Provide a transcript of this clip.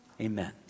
Amen